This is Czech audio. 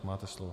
Máte slovo.